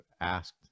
asked